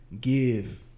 give